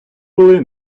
були